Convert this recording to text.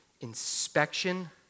inspection